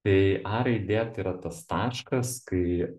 tai a raidė tai yra tas taškas kai